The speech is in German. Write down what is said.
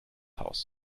haus